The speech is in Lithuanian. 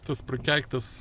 tas prakeiktas